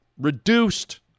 reduced